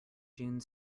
june